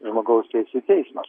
žmogaus teisių teismą